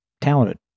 Talented